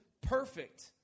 perfect